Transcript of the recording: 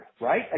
right